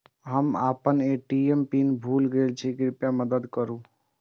हम आपन ATM PIN भूल गईल छी, कृपया मदद करू